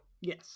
yes